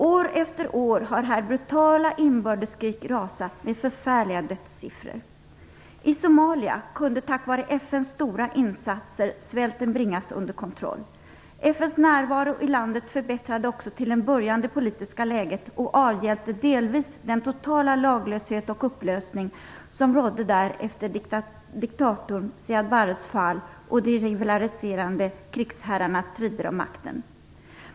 År efter år har här brutala inbördeskrig rasat, med förfärliga dödssiffror. I Somalia kunde svälten bringas under kontroll tack vare FN:s stora insatser. FN:s närvaro i landet förbättrade också till en början det politiska läget och avhjälpte delvis den totala laglöshet och upplösning som rådde där efter diktatorn Siad Barres fall och de rivaliserande krigsherrarnas strider om makten.